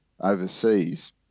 overseas